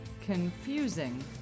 confusing